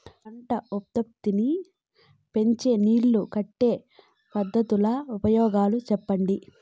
పంట ఉత్పత్తి నీ పెంచే నీళ్లు కట్టే పద్ధతుల ఉపయోగాలు చెప్పండి?